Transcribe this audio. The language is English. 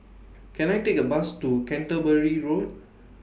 Can I Take A Bus to Canterbury Road